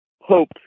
hope